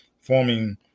forming